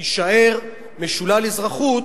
יישאר משולל אזרחות,